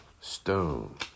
stone